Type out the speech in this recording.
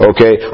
Okay